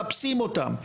מחפשים אותם.